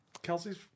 Kelsey's